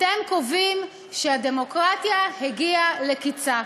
אתם קובעים שהדמוקרטיה הגיעה לקצה.